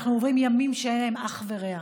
אנחנו עוברים ימים שאין להם אח ורע.